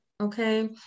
okay